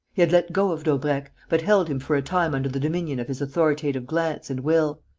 he had let go of daubrecq, but held him for a time under the dominion of his authoritative glance and will.